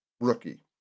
rookie